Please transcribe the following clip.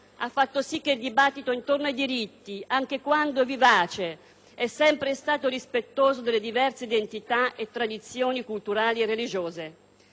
ha fatto sì che il dibattito intorno ai diritti, anche quando vivace, è sempre stato rispettoso delle diverse identità e tradizioni culturali e religiose.